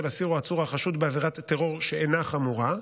אסיר או עצור החשוד בעבירת טרור שאינה חמורה,